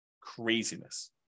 Craziness